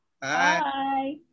Bye